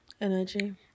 energy